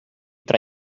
tra